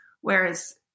whereas